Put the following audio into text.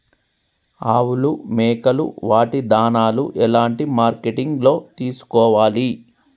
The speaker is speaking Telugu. ఆవులు మేకలు వాటి దాణాలు ఎలాంటి మార్కెటింగ్ లో తీసుకోవాలి?